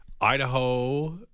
Idaho